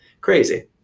crazy